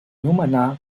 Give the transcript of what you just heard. nomenà